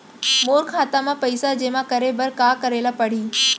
मोर खाता म पइसा जेमा करे बर का करे ल पड़ही?